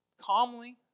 calmly